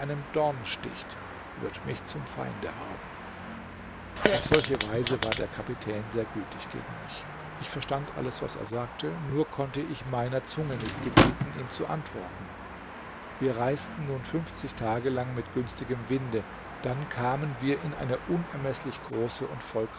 dorn sticht wird mich zum feinde haben auf solche weise war der kapitän sehr gütig gegen mich ich verstand alles was er sagte nur konnte ich meiner zunge nicht gebieten ihm zu antworten wir reisten nun fünfzig tage lang mit günstigem winde dann kamen wir in eine unermeßlich große